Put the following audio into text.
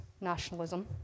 nationalism